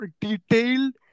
detailed